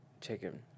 chicken